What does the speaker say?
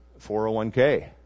401k